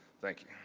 thank you.